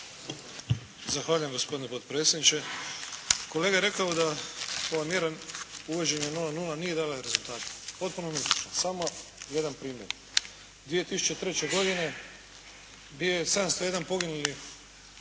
Zahvaljujem gospodine potpredsjedniče. Kolega je rekao da planiran uvođenje 0,0 nije dala rezultate. Potpuno netočno. Samo jedan primjer. 2003. godine bio je 701 poginuli